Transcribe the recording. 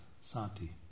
sati